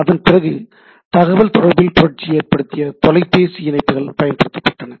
அதன் பிறகு தகவல் தொடர்பில் புரட்சியை ஏற்படுத்திய தொலைபேசி இணைப்புகள் பயன்படுத்தப்பட்டன